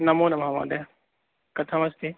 नमो नमः महोदय कथमस्ति